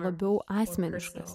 labiau asmeniškas